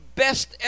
best